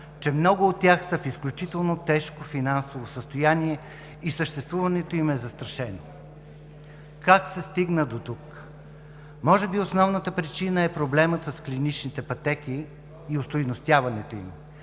че много от тях са в изключително тежко финансово състояние и съществуването им е застрашено. Как се стигна дотук? Може би основната причина е проблемът с клиничните пътеки и остойностяването им.